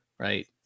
Right